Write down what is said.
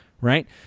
right